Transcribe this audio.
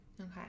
Okay